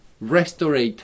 restore